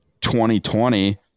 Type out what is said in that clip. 2020